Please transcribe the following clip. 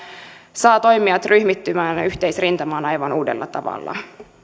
saa toimijat ryhmittymään yhteisrintamaan aivan uudella tavalla